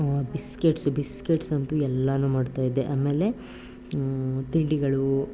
biscuits biscuits ಅಂತು ಎಲ್ಲನೂ ಮಾಡ್ತಾಯಿದ್ದೆ ಆಮೇಲೆ ತಿಂಡಿಗಳೂ